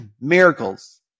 Miracles